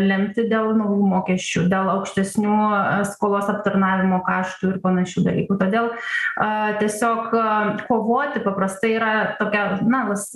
lemti dėl nu mokesčių dėl aukštesnių paskolos aptarnavimo kaštų ir panašių dalykų todėl a tiesiog kovoti paprastai yra tokia na vis